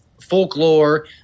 folklore